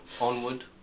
onward